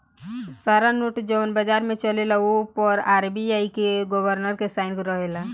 सारा नोट जवन बाजार में चलेला ओ पर आर.बी.आई के गवर्नर के साइन रहेला